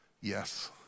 yes